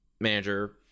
manager